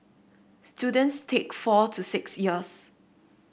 students take four to six years